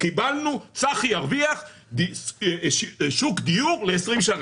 קיבלנו צחי ירוויח שוק דיור ל-20 שנה,